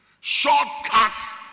shortcuts